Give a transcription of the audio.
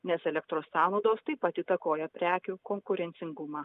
nes elektros sąnaudos taip pat įtakoja prekių konkurencingumą